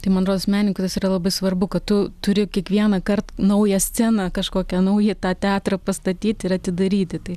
tai man rodos menininkui tas yra labai svarbu kad tu turi kiekvienąkart naują sceną kažkokią nauji tą teatrą pastatyti ir atidaryti tai